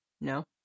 no